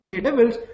levels